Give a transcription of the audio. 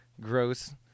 gross